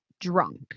drunk